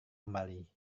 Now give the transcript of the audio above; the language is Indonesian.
kembali